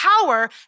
power